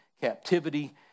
captivity